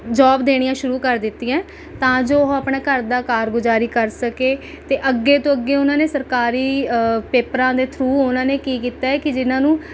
job ਦੇਣੀਆਂ ਸ਼ੁਰੂ ਕਰ ਦਿੱਤੀਆਂ ਹੈ ਤਾਂ ਜੋ ਉਹ ਆਪਣੇ ਘਰ ਦਾ ਕਾਰਗੁਜ਼ਾਰੀ ਕਰ ਸਕੇ ਅਤੇ ਅੱਗੇ ਤੋਂ ਅੱਗੇ ਉਹਨਾਂ ਨੇ ਸਰਕਾਰੀ ਅ ਪੇਪਰਾਂ ਦੇ ਥਰੂਅ ਉਹਨਾਂ ਨੇ ਕੀ ਕੀਤਾ ਹੈ ਕਿ ਜਿਹਨਾਂ ਨੂੰ